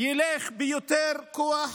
ילך ביותר כוח.